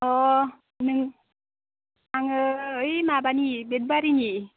अ' नों आङो बै माबानि बेदबारिनि